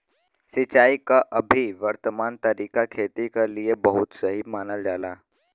सिंचाई क अभी वर्तमान तरीका खेती क लिए बहुत सही मानल जाला